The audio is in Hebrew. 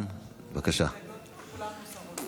כל ההסתייגויות מוסרות.